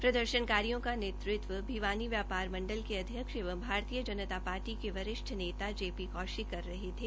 प्रदर्शनकारियों का नेतृत्व भिवानी व्यापार मण्डल के अध्यक्ष एवं भारतीय जनता पार्टी के वरिष्ठ नेता जेपी कौशिक कर रहे थे